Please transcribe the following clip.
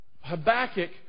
Habakkuk